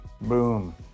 Boom